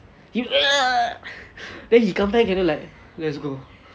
he then he come back like let's go